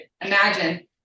imagine